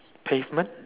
pavement